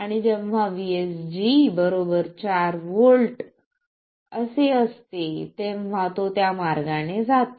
आणि जेव्हा VSG 4 V असते तेव्हा तो त्या मार्गाने जातो